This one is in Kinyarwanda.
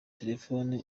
telefoni